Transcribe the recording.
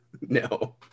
no